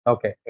Okay